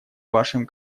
вашим